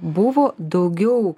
buvo daugiau